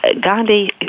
Gandhi